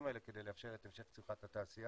האלה כדי לאפשר את המשך צמיחת התעשייה.